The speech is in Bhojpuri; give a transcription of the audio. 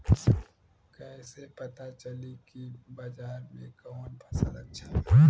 कैसे पता चली की बाजार में कवन फसल अच्छा बा?